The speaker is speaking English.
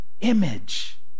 image